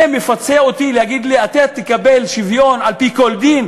זה מפצה אותי שאומרים לי "אתה תקבל שוויון על-פי כל דין"?